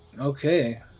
Okay